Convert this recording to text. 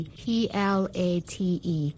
plate